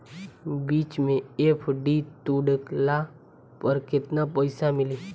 बीच मे एफ.डी तुड़ला पर केतना पईसा मिली?